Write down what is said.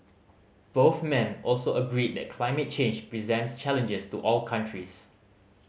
both men also agreed that climate change presents challenges to all countries